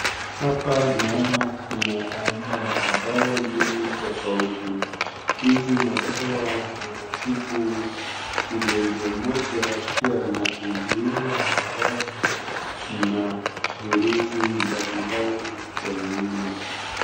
Hapa naona kuna aina ya madawa mbili tofauti, hizi madawa zinatibu ugonjwa moja, pia na kuzuia maradhi, na virusi mbali mbali kwa mwili.